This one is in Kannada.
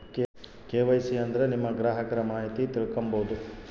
ಕೆ.ವೈ.ಸಿ ಅಂದ್ರೆ ನಿಮ್ಮ ಗ್ರಾಹಕರ ಮಾಹಿತಿ ತಿಳ್ಕೊಮ್ಬೋದು